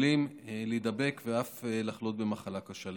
יכולים להידבק ואף לחלות במחלה קשה.